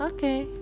Okay